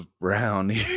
Brown